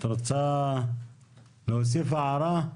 את רוצה להוסיף הערה?